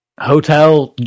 Hotel